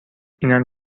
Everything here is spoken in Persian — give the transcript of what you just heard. اینم